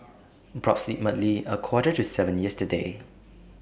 approximately A Quarter to seven yesterday